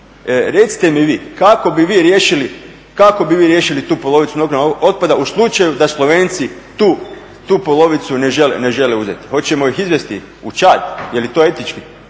riješili, kako bi vi riješili tu polovicu nuklearnog otpada u slučaju da Slovenci tu polovicu ne žele uzeti. Hoćemo ih izvesti u Čad, je li to etički,